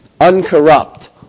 uncorrupt